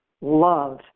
love